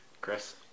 Chris